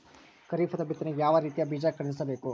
ಖರೀಪದ ಬಿತ್ತನೆಗೆ ಯಾವ್ ರೀತಿಯ ಬೀಜ ಖರೀದಿಸ ಬೇಕು?